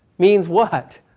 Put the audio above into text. means what?